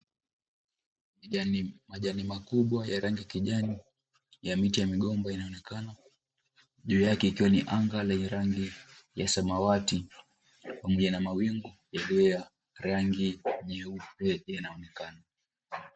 Majani. Majani makubwa ya rangi ya kijani ya miti ya migomba inaonekana juu yake ikiwa ni anga yenye rangi ya samawati pamoja na mawingu yaliyo ya rangi nyeupe yanaonekana.